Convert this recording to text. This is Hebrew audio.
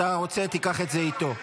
אתה רוצה, תיקח את זה איתו.